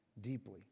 deeply